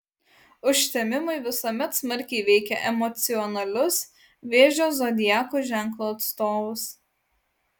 užtemimai visuomet smarkiai veikia emocionalius vėžio zodiako ženklo atstovus